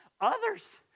others